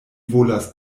volas